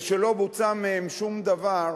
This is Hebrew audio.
ושלא בוצע מהן שום דבר,